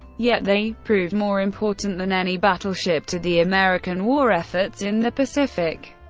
yet they proved more important than any battleship to the american war efforts in the pacific.